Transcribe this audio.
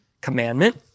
commandment